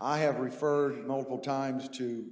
i have referred multiple times to